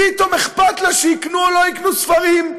פתאום אכפת לה אם יקנו או לא יקנו ספרים.